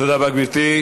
תודה רבה, גברתי.